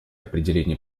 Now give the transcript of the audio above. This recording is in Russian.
определение